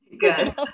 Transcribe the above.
good